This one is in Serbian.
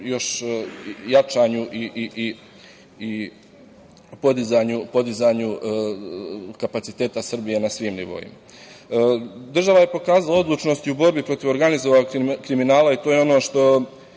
još jačanju i podizanju kapaciteta Srbije na svim nivoima. Država je pokazala odlučnost i u borbi protiv organizovanog kriminala i to je ono što